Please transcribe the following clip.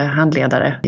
handledare